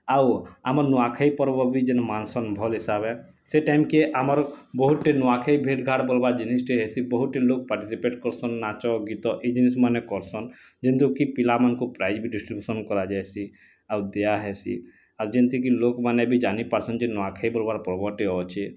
ଆଉ ଆମର୍ ନୂଆଁଖାଇଁ ପର୍ବ ବି ଯିନ୍ ମାନା ସନ୍ ଭଲ୍ ହିସାବରେ ସେ ଟାଇମ୍କେ ଆମର୍ ବହୁତ୍ ନୂଆଁଖାଇଁ ଭେଟ୍ ଭାଟ୍ କର୍ବା ଜିନିଷ୍ଟେ ହେସି ବହୁତ୍ ଲୋକ ପାଟିସିପେଟ୍ କରିସନ୍ ନାଚ ଗୀତ ଏଇ ଜିନିଷ୍ମାନ କର୍ସନ୍ କିନ୍ତୁ କି ପିଲାମାନଙ୍କୁ ପ୍ରାଇଜ୍ ବି ଡ଼ିଷ୍ଟ୍ରିବ୍ୟୁସନ୍ କରାଯାଇ ହେସି ଆଉ ଦିୟା ହେସି ଆଉ ଯେନ୍ତିକି ଲୋମାନେ ବି ଜାଣି ପାରୁଛନ୍ତି କି ନୂଆଁଖାଇ ପର୍ବର ପର୍ବଟି ଅଛି